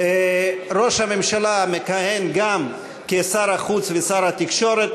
ראש הממשלה מכהן גם כשר החוץ ושר התקשורת,